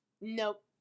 Nope